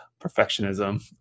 perfectionism